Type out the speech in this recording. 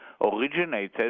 originated